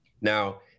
Now